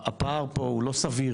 הפער פה הוא לא סביר